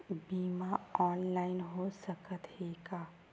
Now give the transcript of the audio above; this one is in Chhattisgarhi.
बीमा ऑनलाइन हो सकत हे का?